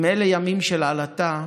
אם אלה ימים של עלטה,